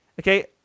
Okay